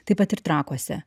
taip pat ir trakuose